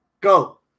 Go